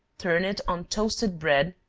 turn it on toasted bread,